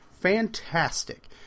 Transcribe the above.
Fantastic